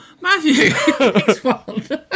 Matthew